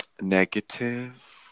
Negative